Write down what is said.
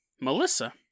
Melissa